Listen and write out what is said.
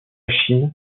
chine